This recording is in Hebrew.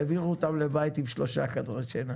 העבירו אותם לבית עם שלושה חדרי שינה,